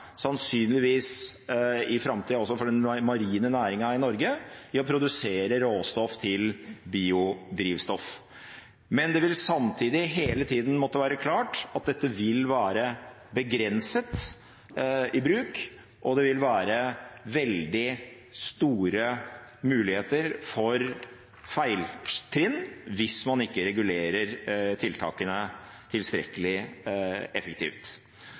sannsynligvis i framtida også for den marine næringen i Norge, i å produsere råstoff til biodrivstoff. Men det vil samtidig hele tida måtte være klart at dette vil være begrenset i bruk, og det vil være veldig store muligheter for feiltrinn hvis man ikke regulerer tiltakene tilstrekkelig effektivt.